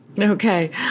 Okay